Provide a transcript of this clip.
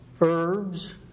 herbs